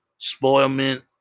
spoilment